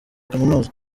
kaminuza